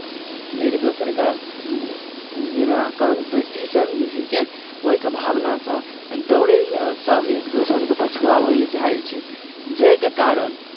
एक दोसर के जेना कम्पीटिशन जे होइत छै ओहिके भावनासँ दौड़य लेल सभ एक दोसरकेँ पछुआबै लेल चाहै छै जाहिके कारण